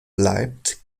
bleibt